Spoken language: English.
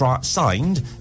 signed